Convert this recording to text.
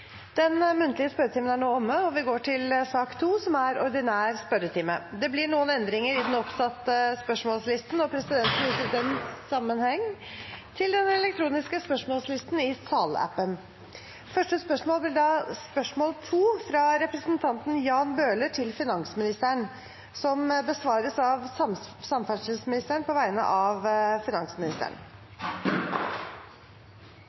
Den muntlige spørretimen er nå omme, og vi går til den ordinære spørretimen. Det blir noen endringer i den oppsatte spørsmålslisten, og presidenten viser i den sammenheng til den elektroniske spørsmålslisten i salappen. De foreslåtte endringene foreslås godkjent. – Det anses vedtatt. Endringene var som følger: Spørsmål nr. 1, fra representanten Sigbjørn Gjelsvik til finansministeren,